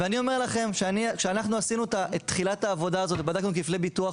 ואני אומר לכם כשאנחנו עשינו את תחילת העבודה הזאת ובדקנו כפלי ביטוח